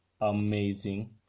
amazing